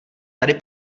tady